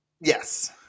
Yes